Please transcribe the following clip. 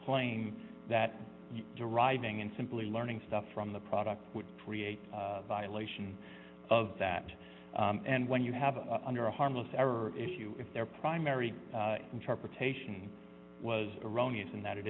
claim that deriving and simply learning stuff from the product would create a violation of that and when you have under a harmless error issue if their primary interpretation was erroneous in that it